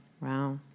Wow